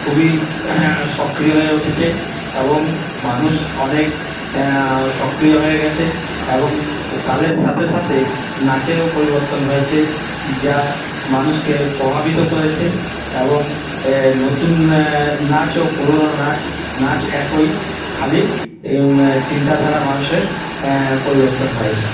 খুবই সক্রিয় হয়ে উঠেছে এবং মানুষ অনেক সক্রিয় হয়ে গেছে এবং তালের সাথে সাথে নাচেরও পরিবর্তন হয়েছে যা মানুষকে প্রভাবিত করেছে এবং নতুন নাচ ও পুরনো নাচ নাচ একই খালি চিন্তাধারা মানুষের পরিবর্তন হয়েছে